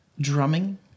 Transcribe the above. drumming